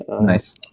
Nice